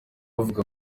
bavuga